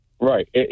Right